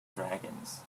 dragons